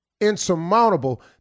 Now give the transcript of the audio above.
insurmountable